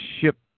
ship